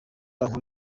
nkora